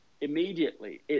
immediately